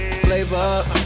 Flavor